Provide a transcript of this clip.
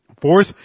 Fourth